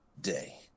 day